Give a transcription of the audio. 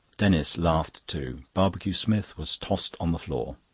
denis laughed too. barbecue-smith was tossed on the floor.